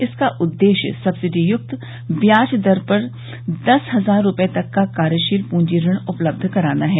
इसका उद्देश्य सब्सिडी युक्त ब्याज दर पर दस हजार रुपये तक का कार्यशील पूंजी ऋण उपलब्ध कराना है